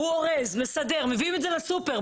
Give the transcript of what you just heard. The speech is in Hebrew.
הוא אורז, מסדר, מביאים את זה לסופר.